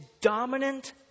dominant